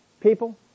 people